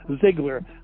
Ziegler